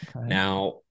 Now